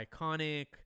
iconic